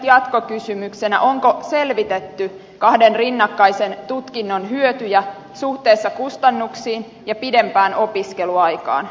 onko selvitetty kahden rinnakkaisen tutkinnon hyötyjä suhteessa kustannuksiin ja pidempään opiskeluaikaan